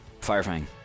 firefang